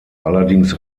allerdings